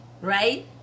right